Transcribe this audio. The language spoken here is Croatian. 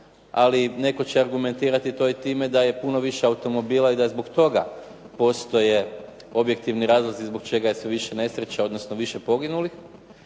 ali netko će argumentirati to i time da je puno više automobila i da zbog toga postoje objektivni razlozi zbog čega je sve više nesreća, odnosno više poginulih.